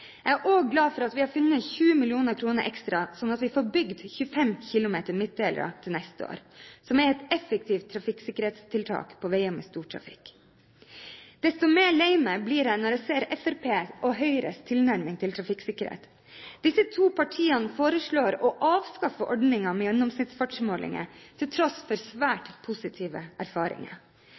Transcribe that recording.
Jeg er også glad for at vi funnet 20 mill. kr ekstra, slik at vi neste år får bygd 25 kilometer med midtdelere, som er et effektivt trafikksikkerhetstiltak på veier med stor trafikk. Desto mer lei meg blir jeg når jeg ser Fremskrittspartiets og Høyres tilnærming til trafikksikkerhet. Disse to partiene foreslår å avskaffe ordningen med gjennomsnittsfartsmålinger, på tross av svært positive erfaringer.